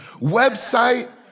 Website